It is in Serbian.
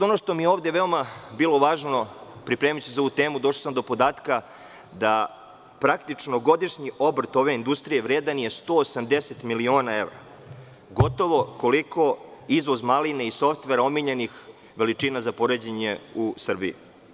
Ono što mi je ovde bilo veoma važno pripremajući se za ovu temu, došao sam do podatka da praktično godišnji ove industrije vredan je 180 miliona evra, gotovo koliko izvoz maline i softvera omiljenih veličina za poređenje u Srbiji.